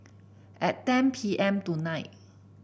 at ten P M tonight